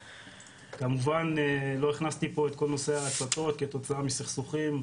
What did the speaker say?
כמובן לא הכנסתי פה את כל נושא ההצתות כתוצאה מסכסוכים,